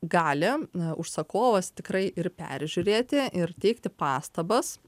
gali užsakovas tikrai ir peržiūrėti ir teikti pastabas